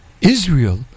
Israel